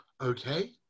Okay